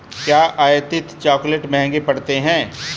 क्या आयातित चॉकलेट महंगे पड़ते हैं?